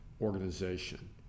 organization